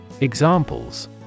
Examples